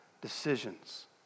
decisions